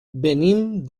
venim